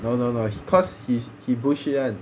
no no no cause he's he bullshit [one]